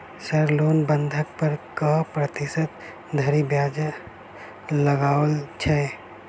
Sir सोना बंधक पर कऽ प्रतिशत धरि ब्याज लगाओल छैय?